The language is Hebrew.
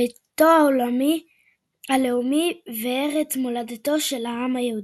ביתו הלאומי וארץ מולדתו של העם היהודי.